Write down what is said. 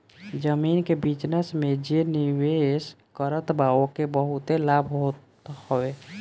जमीन के बिजनस में जे निवेश करत बा ओके बहुते लाभ होत हवे